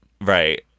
Right